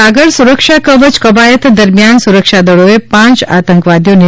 સાગર સુરક્ષા કવચ કવાયત દરમ્યાન સુરક્ષાદળોએ પાંચ આતંકવાદીઓને